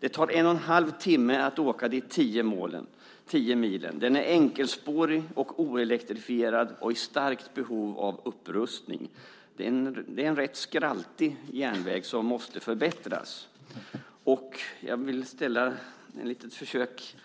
Det tar en och en halv timme att åka dessa tio mil. Den är enkelspårig, oelektrifierad och i starkt behov av upprustning. Det är en rätt skraltig järnväg som måste förbättras. Jag vill göra ett litet försök